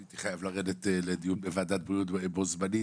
הייתי חייב לרדת לדיון בוועדת הבריאות שהתקיים בו-זמנית.